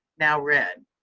now read,